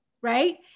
right